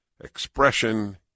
expression